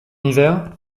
hiver